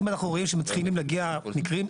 מקרים,